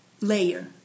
layer